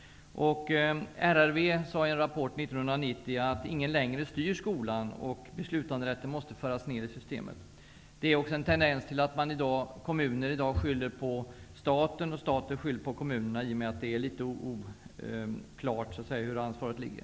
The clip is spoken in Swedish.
RRV sade i en rapport 1990 att ingen längre styr skolan och att beslutanderätten måste föras ner i systemet. Det finns också en tendens att kommuner i dag skyller på staten och att staten skyller på kommunerna, eftersom det är litet oklart var ansvaret ligger.